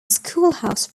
schoolhouse